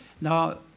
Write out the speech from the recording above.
Now